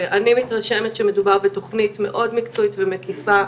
אני מתרשמת שמדובר בתוכנית מאוד מקצועית ומקיפה.